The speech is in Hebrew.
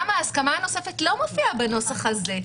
גם ההסכמה הנוספת לא מופיעה בנוסח הזה.